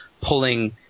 pulling